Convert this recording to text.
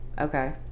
Okay